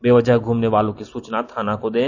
बेवजह घूमने वालों की सुचना थाना को दें